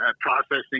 processing